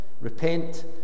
Repent